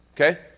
okay